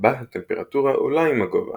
בה הטמפרטורה עולה עם הגובה